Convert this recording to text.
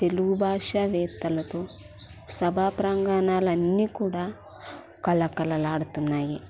తెలుగు భాషా వేత్తలతో సభా ప్రాంగాణాలు అన్నీ కూడా కళకళలాడుతున్నాయి